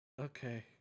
okay